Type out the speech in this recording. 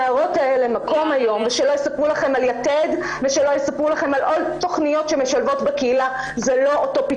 היא הייתה פה בצו פלילי,